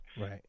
Right